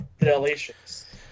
Delicious